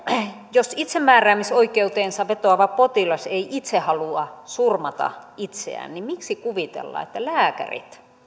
jos itsemääräämisoikeuteensa vetoava potilas ei itse halua surmata itseään niin miksi kuvitellaan että lääkärit